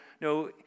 no